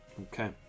Okay